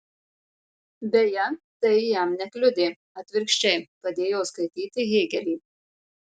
beje tai jam nekliudė atvirkščiai padėjo skaityti hėgelį